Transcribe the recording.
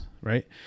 right